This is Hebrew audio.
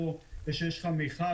זה שיש לך מכל